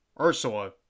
Ursula